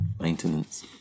maintenance